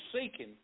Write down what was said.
seeking